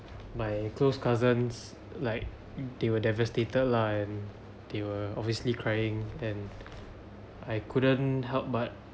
my close cousins like they were devastated lah and they were obviously crying and I couldn't help but